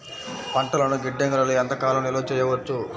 పంటలను గిడ్డంగిలలో ఎంత కాలం నిలవ చెయ్యవచ్చు?